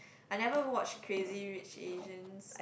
I never watch crazy-rich-asians